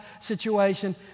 situation